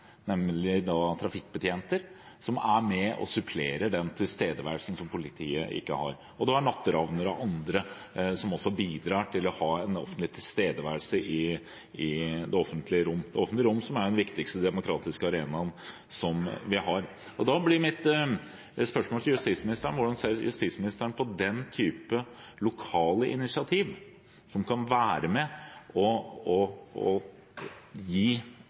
trafikkbetjenter som er med og supplerer den tilstedeværelsen som politiet ikke har. Og man har natteravner og andre som også bidrar til å ha en tilstedeværelse i det offentlige rom, som er den viktigste demokratiske arenaen vi har. Da blir mitt spørsmål til justisministeren: Hvordan ser justisministeren på den type lokale initiativ, som kan være med og gi en trygghet i det offentlige rom og